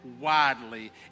widely